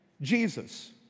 Jesus